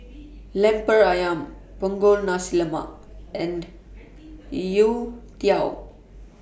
Lemper Ayam Punggol Nasi Lemak and Youtiao